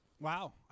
Wow